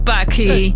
Bucky